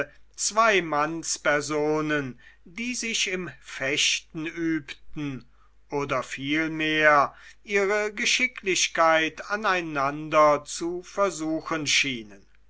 zwei mannspersonen die sich im fechten übten oder vielmehr ihre geschicklichkeit aneinander zu versuchen schienen